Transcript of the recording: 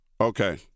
Okay